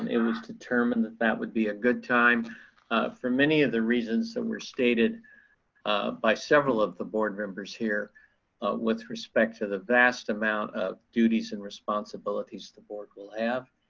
um it was determined that that would be a good time for many of the reasons that were stated by several of the board members here with respect to the vast amount of duties and responsibilities the board will have.